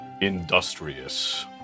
industrious